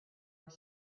were